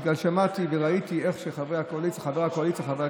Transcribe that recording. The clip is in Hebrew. בגלל ששמעתי וראיתי איך שחבר הקואליציה חבר הכנסת